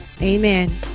Amen